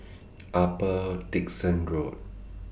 Upper Dickson Road